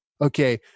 okay